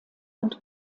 und